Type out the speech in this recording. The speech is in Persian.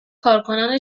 کارکنان